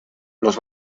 los